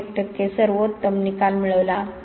1 टक्के सर्वोत्तम निकाल मिळवला